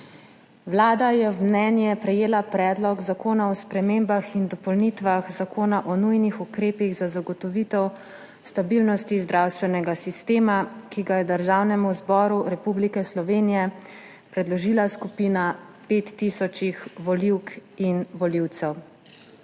Vlada je v mnenje prejela Predlog zakona o spremembah in dopolnitvah Zakona o nujnih ukrepih za zagotovitev stabilnosti zdravstvenega sistema, ki ga je Državnemu zboru Republike Slovenije predložila skupina pet tisoč volivk in volivcev.